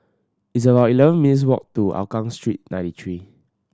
it's about eleven minutes' walk to Hougang Street Ninety Three